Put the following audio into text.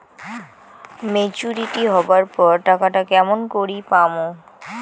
Maturity হবার পর টাকাটা কেমন করি পামু?